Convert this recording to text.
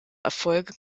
erfolge